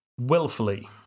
willfully